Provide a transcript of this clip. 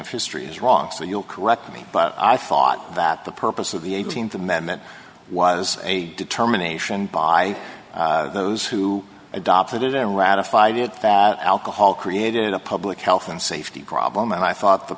of history is wrong so you'll correct me but i thought that the purpose of the eighteenth amendment was a determination by those who adopted it in ratified it that alcohol created a public health and safety problem and i thought the